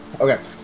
Okay